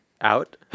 out